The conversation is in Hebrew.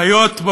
חיות,